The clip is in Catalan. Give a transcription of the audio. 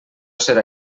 serà